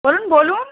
বলুন বলুন